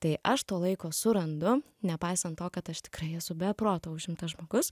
tai aš to laiko surandu nepaisant to kad aš tikrai esu be proto užimtas žmogus